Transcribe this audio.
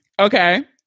Okay